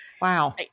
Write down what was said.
wow